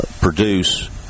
produce